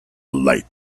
light